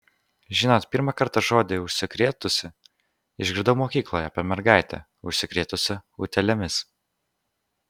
žinot pirmą kartą žodį užsikrėtusi išgirdau mokykloje apie mergaitę užsikrėtusią utėlėmis